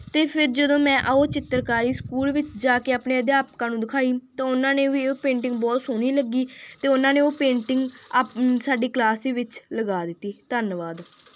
ਅਤੇ ਫਿਰ ਜਦੋਂ ਮੈਂ ਉਹ ਚਿੱਤਰਕਾਰੀ ਸਕੂਲ ਵਿੱਚ ਜਾ ਕੇ ਆਪਣੇ ਅਧਿਆਪਕਾਂ ਨੂੰ ਦਿਖਾਈ ਤਾਂ ਉਹਨਾਂ ਨੇ ਵੀ ਉਹ ਪੇਂਟਿੰਗ ਬਹੁਤ ਸੋਹਣੀ ਲੱਗੀ ਅਤੇ ਉਹਨਾਂ ਨੇ ਉਹ ਪੇਂਟਿੰਗ ਅਪ ਸਾਡੀ ਕਲਾਸ ਦੇ ਵਿੱਚ ਲਗਾ ਦਿੱਤੀ ਧੰਨਵਾਦ